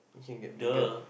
you can that Megan